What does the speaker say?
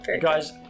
Guys